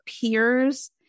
peers